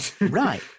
Right